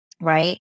right